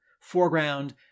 foreground